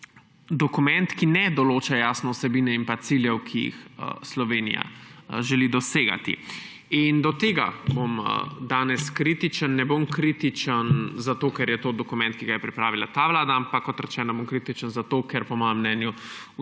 dokument, ki ne določa jasno vsebine in ciljev, ki jih Slovenija želi dosegati. Do tega bom danes kritičen. Ne bom kritičen zato, ker je to dokument, ki ga je pripravila ta vlada, ampak kot rečeno bom kritičen zato, ker po mojem mnenju